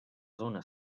zona